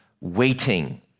waiting